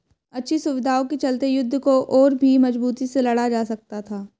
अच्छी सुविधाओं के चलते युद्ध को और भी मजबूती से लड़ा जा सकता था